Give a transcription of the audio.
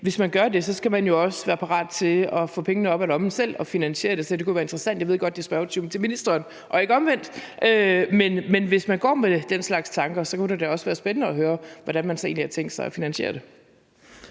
Hvis man gør det, spørgeren foreslår, skal man jo også være parat til at få pengene op af lommen selv og finansiere det. Så det kunne være interessant at høre – og jeg ved godt, det er spørgetid med ministeren og ikke omvendt – hvis man går med den slags tanker, hvordan man så egentlig har tænkt sig at finansiere det.